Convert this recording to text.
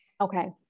Okay